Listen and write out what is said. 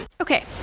Okay